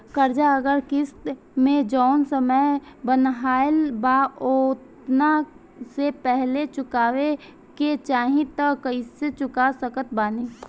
कर्जा अगर किश्त मे जऊन समय बनहाएल बा ओतना से पहिले चुकावे के चाहीं त कइसे चुका सकत बानी?